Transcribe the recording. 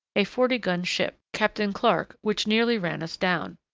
a forty-gun ship, captain clark, which nearly ran us down.